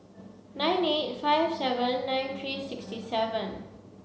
nine eight five seven nine three six seven